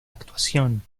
actuación